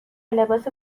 لباس